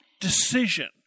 decision